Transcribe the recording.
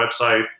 website